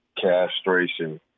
castration